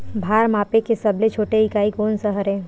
भार मापे के सबले छोटे इकाई कोन सा हरे?